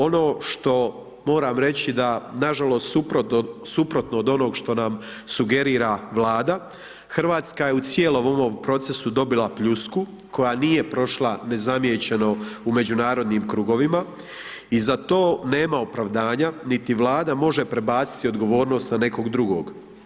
Ono što moram reći da, nažalost, suprotno, suprotno od onog što nam sugerira Vlada, RH je u cijelom ovom procesu dobila pljusku koja nije prošla nezamijećeno u međunarodnim krugovima i za to nema opravdanja, niti Vlada može prebaciti odgovornost na nekog drugog.